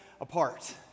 apart